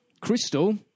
Crystal